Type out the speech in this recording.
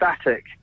static